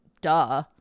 duh